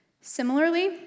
Similarly